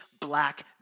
black